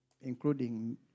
Including